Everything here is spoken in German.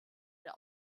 der